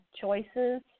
choices